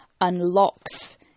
unlocks